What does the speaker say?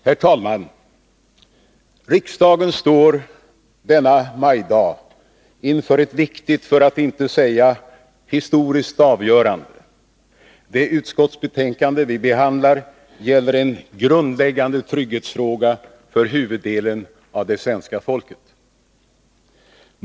Herr talman! Riksdagen står denna majdag inför ett viktigt, för att inte säga historiskt, avgörande. Det utskottsbetänkande vi behandlar gäller en grundläggande trygghetsfråga för huvuddelen av det svenska folket.